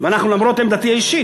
למרות עמדתי האישית.